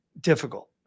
difficult